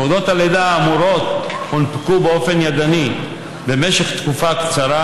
תעודות הלידה האמורות הונפקו באופן ידני במשך תקופה קצרה,